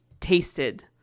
tasted